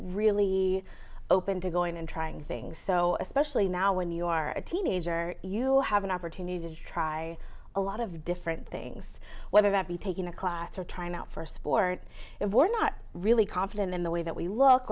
really open to going and trying things so especially now when you are a teenager you have an opportunity to try a lot of different things whether that be taking a class or trying out for a sport if we're not really confident in the way that we look